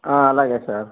అలాగే సార్